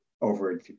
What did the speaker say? over